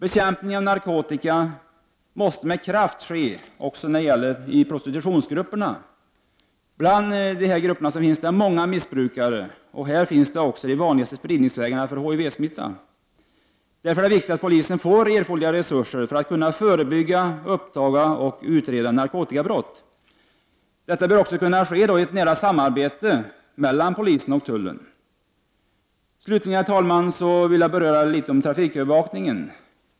Bekämpningen av narkotika måste med kraft ske även i prostitutionsgrupperna. Bland dessa finns många missbrukare, och här finns också de vanligaste spridningsvägarna för HIV-smitta. Det är därför viktigt att polisen får erforderliga resurser för att kunna förebygga, uppdaga och utreda narkotikabrott. Detta bör också kunna ske i ett nära samarbete mellan polisen och tullen. Herr talman! Slutligen vill jag något beröra trafikövervakningen.